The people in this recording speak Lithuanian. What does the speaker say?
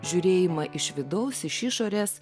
žiūrėjimą iš vidaus iš išorės